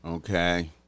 Okay